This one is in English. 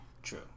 True